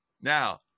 Now